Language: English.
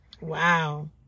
wow